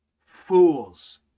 fools